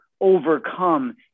overcome